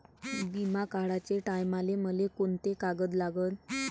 बिमा काढाचे टायमाले मले कोंते कागद लागन?